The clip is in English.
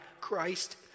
Christ